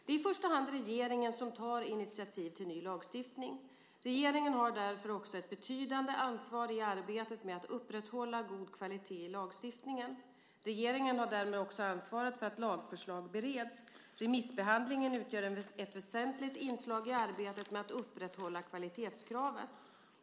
Det är i första hand regeringen som tar initiativ till ny lagstiftning. Regeringen har därför också ett betydande ansvar i arbetet med att upprätthålla god kvalitet i lagstiftningen. Regeringen har därmed också ansvaret för att lagförslag bereds. Remissbehandlingen utgör ett väsentligt inslag i arbetet med att upprätthålla kvalitetskravet.